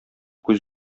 күз